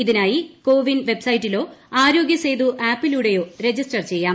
ഇതിനായി കോവിൻ വെബ്സൈറ്റിലോ ആരോഗ്യസേതു ആപ്പിലൂടെയോ രജിസ്റ്റർ ചെയ്യാം